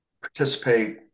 participate